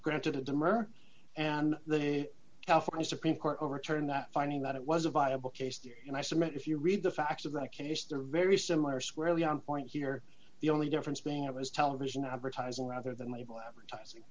granted a dimmer and the california supreme court overturned that finding that it was a viable case and i submit if you read the facts of that case they're very similar squarely on point here the only difference being it was television advertising rather than the evil advertising